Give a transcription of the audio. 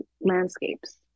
landscapes